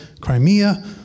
Crimea